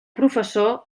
professor